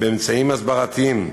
באמצעים הסברתיים,